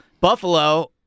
Buffalo